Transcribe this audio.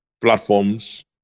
platforms